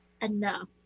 enough